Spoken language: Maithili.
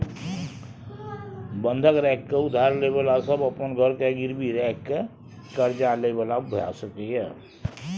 बंधक राखि के उधार ले बला सब अपन घर के गिरवी राखि के कर्जा ले बला भेय सकेए